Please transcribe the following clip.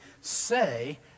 say